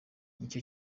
icyo